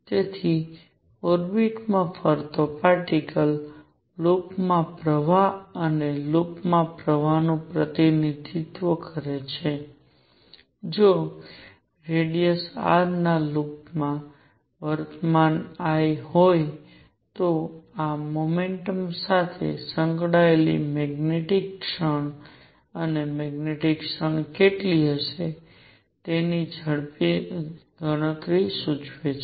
તેથી ઓર્બિટમાં ફરતો પાર્ટીકલ લૂપમાં પ્રવાહ અને લૂપમાં પ્રવાહનું પ્રતિનિધિત્વ કરે છે જો રેડિયસ R ના લૂપમાં વર્તમાન I હોય તો આ મોમેન્ટ સાથે સંકળાયેલી મેગ્નેટિક ક્ષણ અને મેગ્નેટિક ક્ષણ કેટલી હશે તેની ઝડપી ગણતરી સૂચવે છે